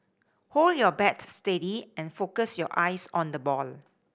hold your bat steady and focus your eyes on the ball